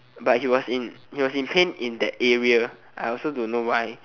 but he was in he was in pain in that area I also don't know why